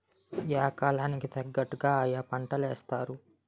yeah కాలం కి తగ్గట్టుగా ఆయా పంటలేత్తారు